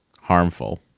harmful